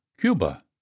Cuba